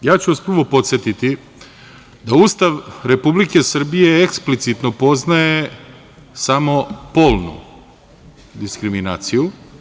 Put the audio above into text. Ja ću vas podsetiti da Ustav Republike Srbije eksplicitno poznaje samo polnu diskriminaciju.